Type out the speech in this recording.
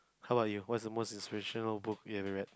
how are you what's the most inspirational book you ever read